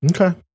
Okay